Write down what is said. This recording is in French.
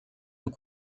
deux